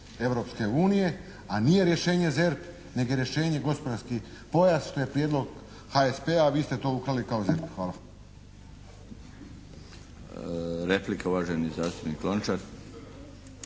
Replika, uvaženi zastupnik Lončar.